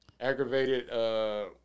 Aggravated